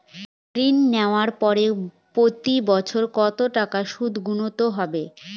ঋণ নেওয়ার পরে প্রতি বছর কত টাকা সুদ গুনতে হবে?